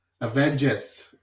Avengers